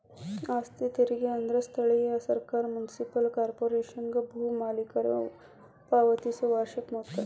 ಆಸ್ತಿ ತೆರಿಗೆ ಅಂದ್ರ ಸ್ಥಳೇಯ ಸರ್ಕಾರ ಮುನ್ಸಿಪಲ್ ಕಾರ್ಪೊರೇಶನ್ಗೆ ಭೂ ಮಾಲೇಕರ ಪಾವತಿಸೊ ವಾರ್ಷಿಕ ಮೊತ್ತ